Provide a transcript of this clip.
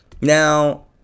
Now